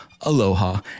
aloha